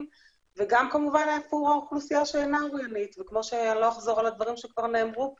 וגם עבור האוכלוסייה שאינה אוריינית וכמו שכבר נאמר פה,